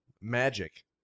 Magic